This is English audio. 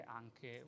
anche